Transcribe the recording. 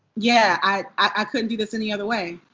yeah. i couldn't do this any other way.